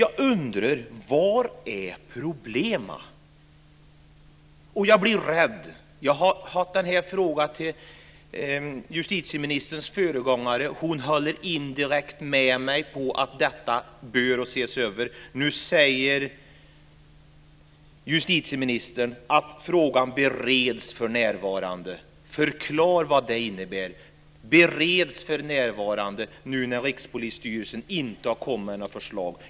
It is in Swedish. Jag undrar: Vad är problemet? Jag har ställt den här frågan till justitieministerns föregångare, och hon höll indirekt med mig om att detta bör ses över. Nu säger justitieministern att frågan bereds för närvarande. Förklara vad det innebär! Vad innebär bereds för närvarande nu när Rikspolisstyrelsen inte har kommit med några förslag?